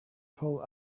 pull